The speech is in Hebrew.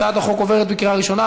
הצעת החוק עוברת בקריאה ראשונה,